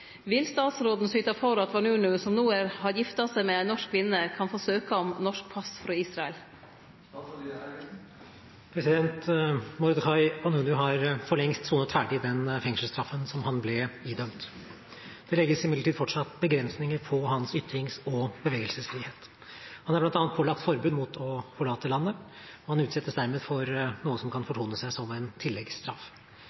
Vil utanriksministeren syta for at Vanunu, som no har gifta seg med ei norsk kvinne, kan få søka om norsk pass frå Israel?» Mordechai Vanunu har for lengst sonet ferdig den fengselsstraffen som han ble idømt. Det legges imidlertid fortsatt begrensninger på hans ytrings- og bevegelsesfrihet. Han er bl.a. pålagt forbud mot å forlate landet. Han utsettes dermed for noe som kan fortone seg som en tilleggsstraff.